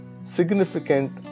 significant